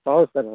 ହଉ ସାର୍ ହଉ